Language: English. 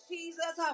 Jesus